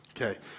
Okay